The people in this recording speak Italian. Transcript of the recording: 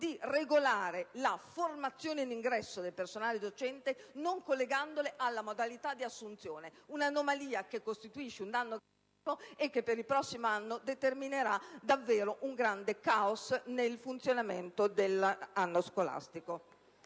di regolare la formazione e in ingresso del personale docente, non collegandola alle modalità di assunzione. È un'anomalia che costituisce un danno e che, per il prossimo anno, determinerà davvero un grande caos nel funzionamento della scuola.